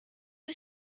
was